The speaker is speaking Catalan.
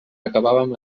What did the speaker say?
acabàvem